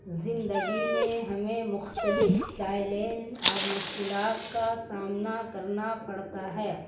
زندگی میں ہمیں مختلف چیلن اور مشکلات کا سامنا کرنا پڑتا ہے